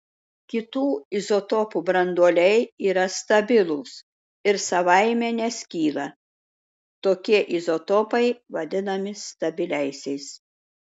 kitų izotopų branduoliai yra stabilūs ir savaime neskyla tokie izotopai vadinami stabiliaisiais